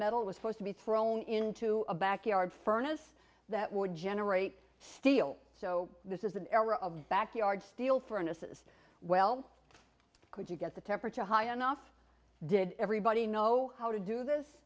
metal was force to be thrown into a backyard furnace that would generate steel so this is an air of backyard steel furnace is well could you get the temperature high enough did everybody know how to do this